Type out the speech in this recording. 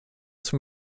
zum